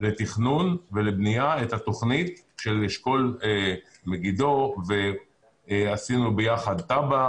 לתכנון ולבנייה את התוכנית של אשכול מגידו ועשינו יחד תב"ע,